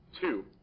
two